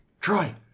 Troy